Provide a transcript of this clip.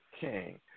king